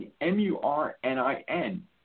M-U-R-N-I-N